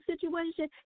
situation